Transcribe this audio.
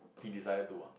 he decided to ah